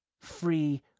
free